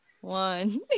One